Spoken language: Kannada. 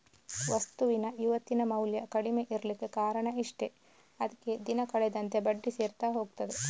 ವಸ್ತುವಿನ ಇವತ್ತಿನ ಮೌಲ್ಯ ಕಡಿಮೆ ಇರ್ಲಿಕ್ಕೆ ಕಾರಣ ಇಷ್ಟೇ ಅದ್ಕೆ ದಿನ ಕಳೆದಂತೆ ಬಡ್ಡಿ ಸೇರ್ತಾ ಹೋಗ್ತದೆ